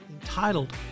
entitled